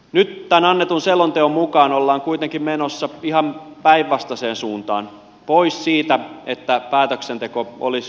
nyt tämän annetun selonteon mukaan ollaan kuitenkin menossa ihan päinvastaiseen suuntaan pois siitä että päätöksenteko olisi ihmistä lähellä